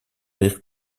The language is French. rires